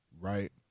Right